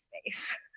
space